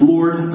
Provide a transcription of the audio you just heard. Lord